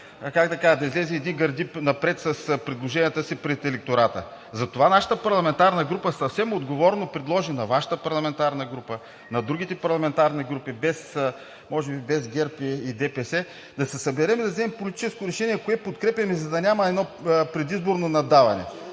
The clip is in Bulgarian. да излезе едни гърди напред с предложенията си пред електората, затова нашата парламентарна група съвсем отговорно предложи на Вашата парламентарна група, на другите парламентарни групи, може би без ГЕРБ и ДПС, да се съберем и да вземем политическо решение кое подкрепяме, за да няма едно предизборно наддаване.